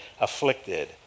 afflicted